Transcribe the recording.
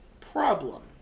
Problem